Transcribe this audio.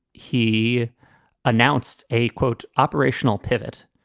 he announced a, quote, operational pivot.